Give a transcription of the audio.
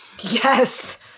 Yes